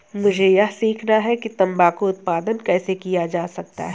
मुझे यह सीखना है कि तंबाकू उत्पादन कैसे किया जा सकता है?